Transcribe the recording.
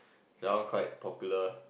that one quite popular